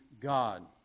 God